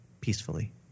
peacefully